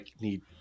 need